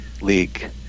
league